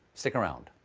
stick around.